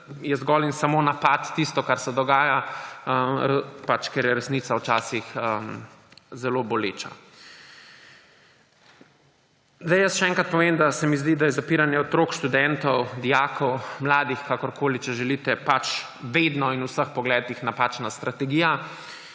je zgolj in samo napad tisto, kar se dogaja, ker je resnica včasih zelo boleča. Še enkrat povem, da se mi zdi, da je zapiranje otrok, študentov, dijakov, mladih, kakorkoli, če želite, vedno in v vseh pogledih napačna strategija.